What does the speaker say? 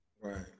Right